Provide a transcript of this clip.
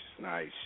nice